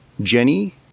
Jenny